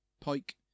Pike